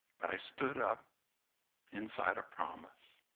but, i stood up inside a promise.